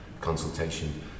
consultation